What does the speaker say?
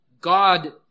God